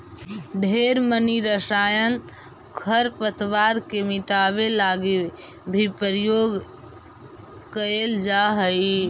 ढेर मनी रसायन खरपतवार के मिटाबे लागी भी प्रयोग कएल जा हई